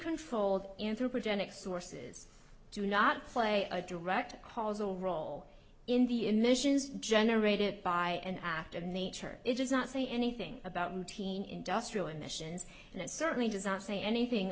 controlled sources do not play a direct causal role in the emissions generated by an act of nature it does not say anything about nineteen industrial emissions and it certainly does not say anything